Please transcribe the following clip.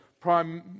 prime